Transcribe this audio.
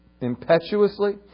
Impetuously